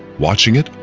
watching it,